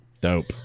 Dope